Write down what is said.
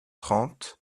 trente